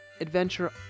adventure